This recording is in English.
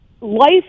life